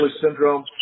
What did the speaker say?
Syndrome